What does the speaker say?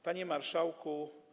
Panie Marszałku!